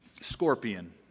scorpion